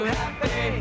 happy